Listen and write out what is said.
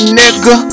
nigga